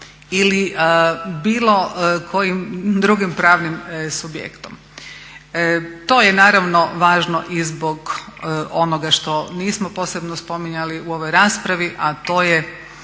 ili bilo kojim drugim pravnim subjektom. To je naravno važno i zbog onoga što nismo posebno spominjali u ovoj raspravi a to je